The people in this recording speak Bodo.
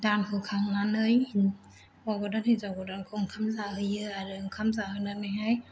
दान होखांनानै हौवा गोदान हिन्जाव गोदानखौ ओंखाम जाहोयो आरो ओंखाम जाहोनानैहाय